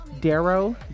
darrow